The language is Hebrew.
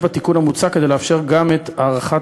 יש בתיקון המוצע כדי לאפשר גם את הארכת